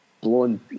blown